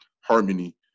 harmony